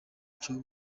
cyo